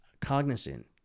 cognizant